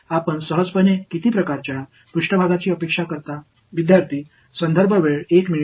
இப்போது எத்தனை வகையான மேற்பரப்புகளை மிக எளிமையாக எதிர்பார்க்கிறீர்கள்